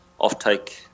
offtake